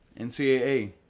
NCAA